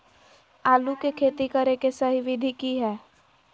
आलू के खेती करें के सही विधि की हय?